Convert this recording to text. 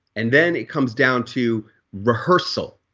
and then it comes down to rehearsal